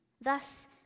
thus